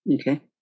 Okay